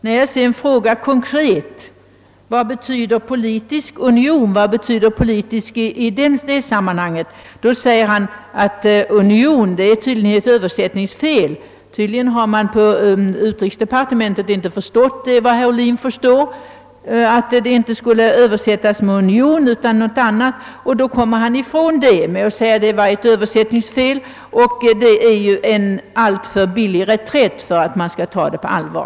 När jag sedan konkret frågar vad »politisk» betyder i kommissionens rapport i uttrycket »politisk union», säger herr Ohlin, att det tydligen rör sig om ett översättningsfel. Förmodligen har man alltså inom utrikesdepartementet inte förstått vad herr Ohlin förstår — att översättningen inte skulle vara »union» utan något annat. Men att i detta sammanhang tala om Ööversättningsfel är väl en alltför billig reträtt för att den skall kunna tas på allvar.